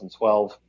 2012